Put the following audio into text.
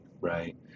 right